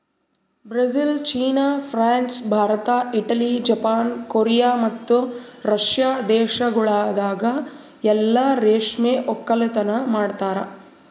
Brazil, China, France, Bharat, Italy, Japan, Korea ಮತ್ತ Russia ದೇಶಗೊಳ್ದಾಗ್ ಎಲ್ಲಾ ರೇಷ್ಮೆ ಒಕ್ಕಲತನ ಮಾಡ್ತಾರ